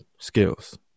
skills